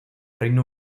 reino